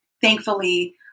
thankfully